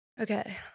okay